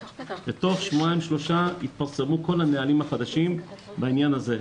תוך שבועיים שלושה התפרסמו כל הנהלים החדשים בעניין הזה.